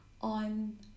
on